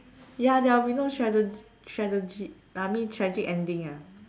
ya there will be no trage~ tradegy~ I mean tragic ending ah